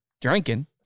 drinking